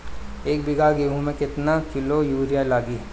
एक बीगहा गेहूं में केतना किलो युरिया लागी?